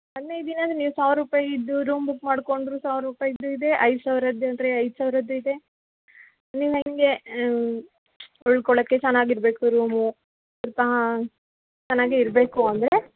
ಹದಿನೈದು ದಿನ ಅಂದರೆ ನೀವು ಸಾವ್ರ ರೂಪಾಯಿದು ರೂಮ್ ಬುಕ್ ಮಾಡಿಕೊಂಡ್ರು ಸಾವ್ರ ರೂಪಾಯಿದು ಇದೆ ಐದು ಸಾವ್ರದ್ದು ಅಂದರೆ ಐದು ಸಾವಿರದ್ದು ಇದೆ ನೀವು ಹೇಗೆ ಉಳ್ಕೊಳ್ಳೋಕ್ಕೆ ಚೆನ್ನಾಗಿರ್ಬೆಕು ರೂಮು ಸ್ವಲ್ಪ ಚೆನ್ನಾಗೆ ಇರಬೇಕು ಅಂದರೆ